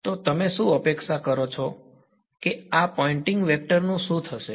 તો તમે શું અપેક્ષા કરો છો કે આ પોઇંટિંગ વેક્ટર નું શું થશે